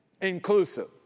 Inclusive